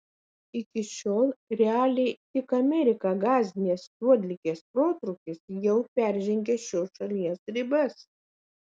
iki šiol realiai tik ameriką gąsdinęs juodligės protrūkis jau peržengė šios šalies ribas